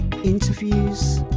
interviews